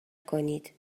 کنید